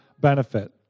benefit